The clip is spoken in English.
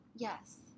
Yes